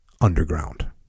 underground